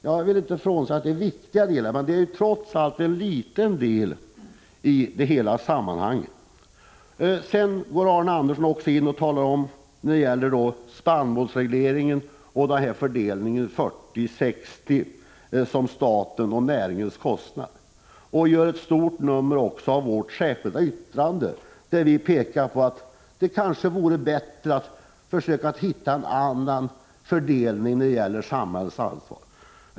Jag vill inte göra gällande att dessa frågor inte skulle vara viktiga, men de är trots allt små i detta sammanhang. Arne Andersson talade vidare om spannmålsregleringen och om fördelningen 40-60 mellan statens och näringens kostnader och gjorde ett stort nummer av vårt särskilda yttrande, där vi pekar på att det kanske vore bättre att försöka hitta en annan fördelningsgrund för samhällets ansvar.